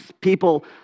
people